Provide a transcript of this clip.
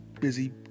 Busy